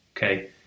Okay